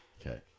Okay